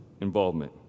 involvement